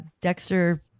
Dexter